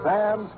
Sam